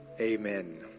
Amen